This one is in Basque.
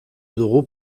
dugu